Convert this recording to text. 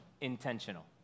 intentional